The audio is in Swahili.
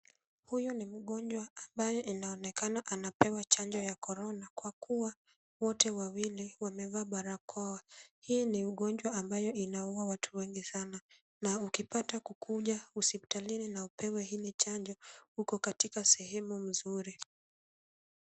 Huyu ni mgonjwa ambaye inaonekana anapewa chanjo ya Korona kwa kuwa wote wawili wamevaa barakoa. Hii ni ugonjwa ambayo inaua watu wengi sana na ukipata kukuja hospitalini na upewe hili chanjo uko katika sehemu nzuri.